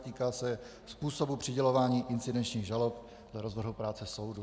Týká se způsobu přidělování incidenčních žalob dle rozvrhu práce soudu.